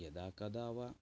यदा कदा वा